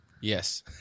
Yes